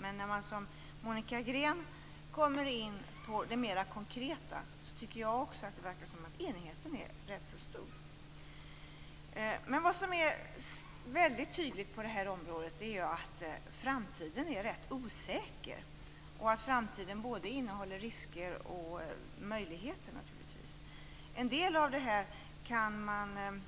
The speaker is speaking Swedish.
Men när man som Monica Green kommer in på det mer konkreta, tycker också jag att det verkar som om enigheten är rätt så stor. Vad som är tydligt på området är att framtiden är rätt osäker. Framtiden innehåller både risker och möjligheter. En del av detta kan man